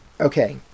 okay